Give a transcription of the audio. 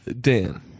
Dan